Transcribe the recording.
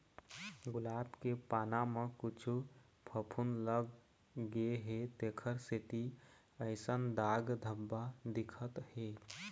गुलाब के पाना म कुछु फफुंद लग गे हे तेखर सेती अइसन दाग धब्बा दिखत हे